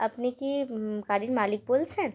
আপনি কি গাড়ির মালিক বলছেন